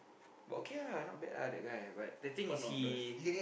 but okay ah not bad ah that guy but the thing is he